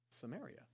Samaria